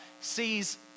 sees